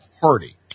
party